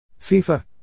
FIFA